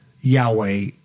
Yahweh